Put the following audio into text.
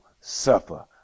suffer